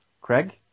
Craig